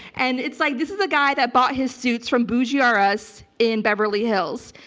and it's like, this is a guy that bought his suits from bougie-r-us in beverly hills.